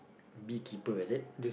beekeeper is it